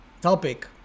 topic